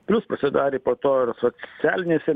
plius pasidarė po to ir socialinėse